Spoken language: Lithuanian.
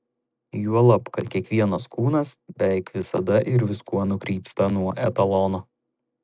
juolab kad kiekvienas kūnas beveik visada ir viskuo nukrypsta nuo etalono